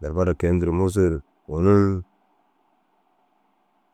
Te ru bara kôi nduruu mûsoo ru ônum